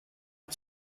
had